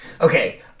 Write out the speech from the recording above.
Okay